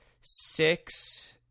Six